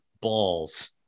balls